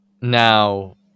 now